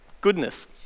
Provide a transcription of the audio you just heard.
Goodness